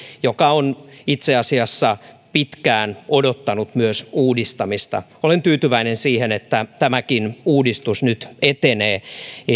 joka myös on itse asiassa pitkään odottanut uudistamista olen tyytyväinen siihen että tämäkin uudistus nyt etenee